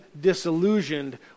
disillusioned